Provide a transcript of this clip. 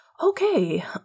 Okay